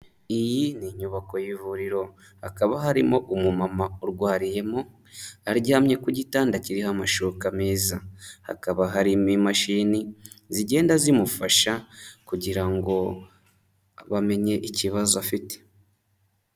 Iyi ni inyubako y'ivuriro. Hakaba harimo umumama urwariyemo, aryamye ku gitanda kiriho amashuka meza. Hakaba harimo imashini zigenda zimufasha kugira ngo bamenye ikibazo afite.